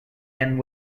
end